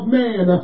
man